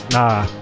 Nah